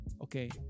okay